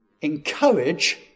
Encourage